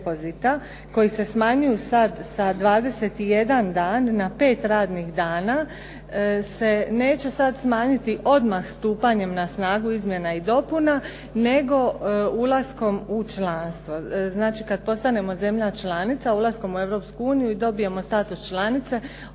koji se smanjuju sada na 21 dan na 5 radnih dana, se neće sada smanjiti odmah stupanjem na snagu izmjena i dopuna, nego ulaskom u članstvo. Znači kada postanemo zemlja članica ulaskom u Europsku uniji i dobijemo status članice,